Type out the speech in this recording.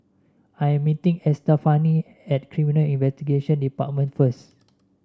I am meeting Estefani at Criminal Investigation Department first